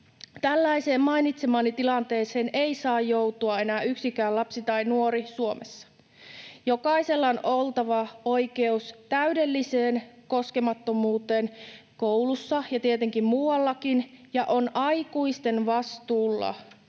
Tällaiseen mainitsemaani tilanteeseen ei saa joutua enää yksikään lapsi tai nuori Suomessa. Jokaisella on oltava oikeus täydelliseen koskemattomuuteen koulussa ja tietenkin muuallakin, ja on aikuisten vastuulla puuttua